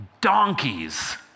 donkeys